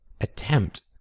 attempt